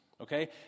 Okay